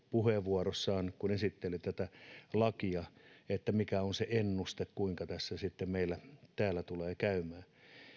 puheenvuorossaan kun esitteli tätä lakia ruotsin esimerkin siitä mikä on se ennuste kuinka tässä sitten meillä täällä tulee käymään